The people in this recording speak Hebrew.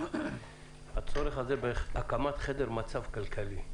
הצורך בהקמת חדר מצב כלכלי.